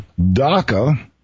DACA